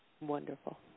Wonderful